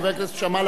חבר הכנסת שאמה,